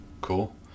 cool